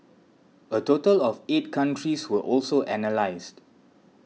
a total of eight countries were also analysed